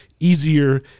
easier